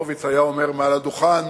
ומה שחבר הכנסת הורוביץ היה אומר מעל הדוכן